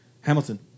Hamilton